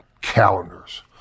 calendars